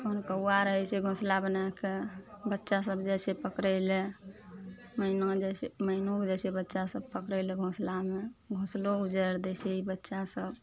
खन कौआ रहय छै घोसला बनाय कए बच्चा सब जाइ छै पकड़य लए मैना जाइ छै मैनोके जाइ छै बच्चा सब पकड़य लए घोसलामे घोसलो उजारि दै छै ई बच्चा सब